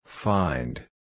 Find